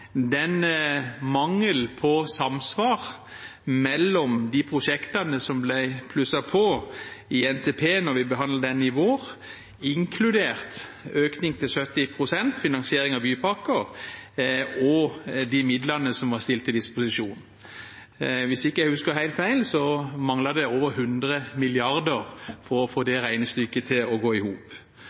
på samsvar mellom de prosjektene som ble plusset på i NTP da vi behandlet den i vår, inkludert økning til 70 pst. finansiering av bypakker, og de midlene som var stilt til disposisjon. Hvis jeg ikke husker helt feil, manglet det over 100 mrd. kr på å få det regnestykket til å gå i hop.